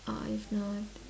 or if not